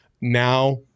Now